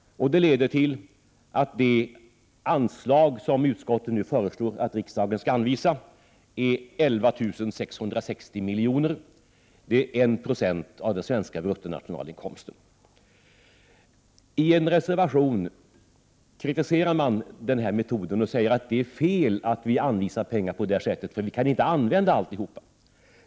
Det leder till att det anslag som utskottet nu föreslår att riksdagen skall anvisa är 11 660 milj.kr. — det är 1 96 av den svenska bruttonationalinkomsten. I en reservation kritiserar man den metoden och säger att det är fel att vi anvisar pengar på det sättet, för vi kan inte använda allt.